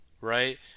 right